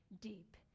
deep